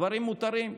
דברים מותרים,